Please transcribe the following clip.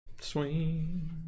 Swing